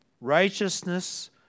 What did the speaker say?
Righteousness